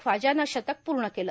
ख्वाजानं शतक पूर्ण केलं